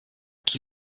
qui